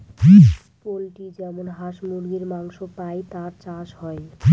poultry যেমন হাঁস মুরগীর মাংস পাই তার চাষ হয়